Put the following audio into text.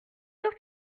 sûr